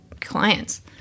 clients